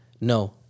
no